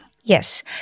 Yes